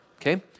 okay